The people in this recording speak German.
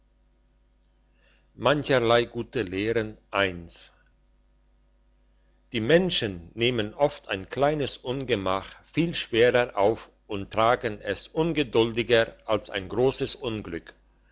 mancherlei gute lehren die menschen nehmen oft ein kleines ungemach viel schwerer auf und tragen es ungeduldiger als ein grosses unglück